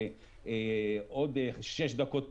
עוד שש דקות פה,